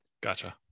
Gotcha